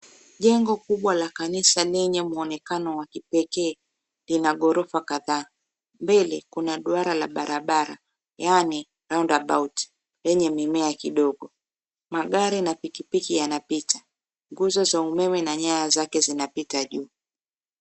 Jengo kubwa la kanisa lenye muonekano wa kipekee, Lina ghorofa kadhaa. Mbele kuna duara la barabara yaani round about , yenye mimea kidogo. Magari na pikipiki yanapita. Nguzo za umeme na nyaya zake zinapita juu.